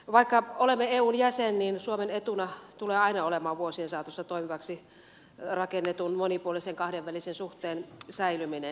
vaikka olemme eun jäsen niin suomen etuna tulee aina olemaan vuosien saatossa toimivaksi rakennetun monipuolisen kahdenvälisen suhteen säilyminen